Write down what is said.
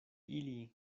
ili